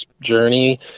journey